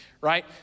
right